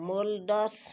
moulds